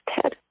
Ted